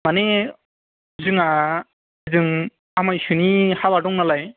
माने जोंहा जों आमाइसोनि हाबा दं नालाय